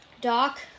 Doc